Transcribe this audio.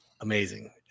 amazing